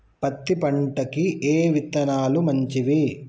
పత్తి పంటకి ఏ విత్తనాలు మంచివి?